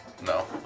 No